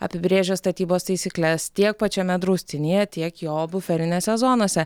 apibrėžia statybos taisykles tiek pačiame draustinyje tiek jo buferinėse zonose